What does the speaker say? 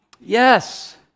Yes